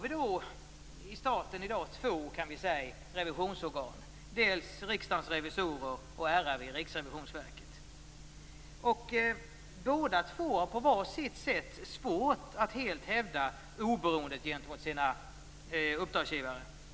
I staten har vi i dag två revisionsorgan - dels Båda två har på var sitt sätt svårt att helt hävda oberoendet gentemot sina uppdragsgivare.